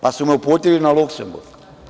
Pa su me uputili na Luksemburg.